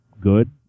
good